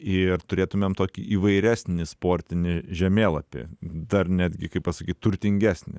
ir turėtumėm tokį įvairesnį sportinį žemėlapį dar netgi kaip pasakyt turtingesnį